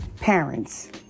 parents